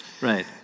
right